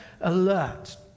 alert